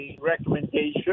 recommendation